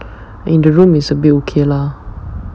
in the room is a bit okay lah